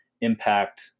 impact